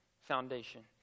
foundation